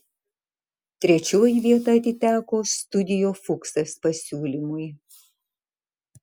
trečioji vieta atiteko studio fuksas pasiūlymui